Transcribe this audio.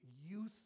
youth